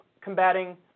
combating